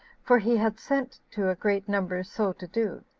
for he had sent to a great number so to do.